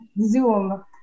Zoom